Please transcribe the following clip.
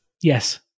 Yes